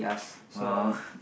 !wow!